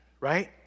right